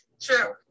True